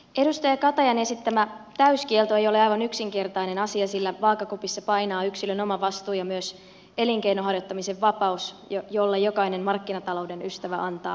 edustaja katajan esittämä täyskielto ei ole aivan yksinkertainen asia sillä vaakakupissa painaa yksilön oma vastuu ja myös elinkeinon harjoittamisen vapaus jolle jokainen markkinatalouden ystävä antaa paljon arvoa